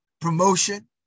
promotion